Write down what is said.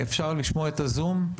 אפשר לשמוע את הזום?